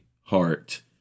heart